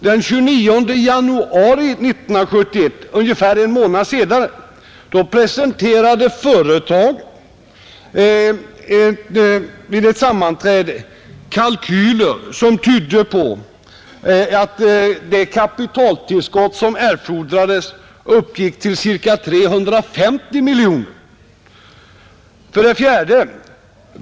Den 29 januari 1971, alltså ungefär en månad senare, framlade företaget vid ett sammanträde kalkyler som tydde på att det kapitaltillskott som erfordrades uppgick till ca 350 miljoner.